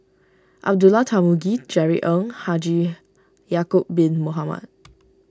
Abdullah Tarmugi Jerry Ng Haji Ya'Acob Bin Mohamed